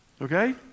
Okay